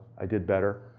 i did better,